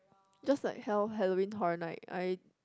just like hall~ Halloween Horror Night I